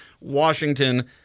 Washington